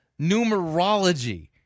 numerology